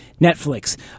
Netflix